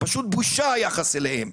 פשוט בושה היחס אליהם,